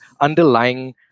underlying